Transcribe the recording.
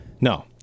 No